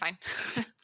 fine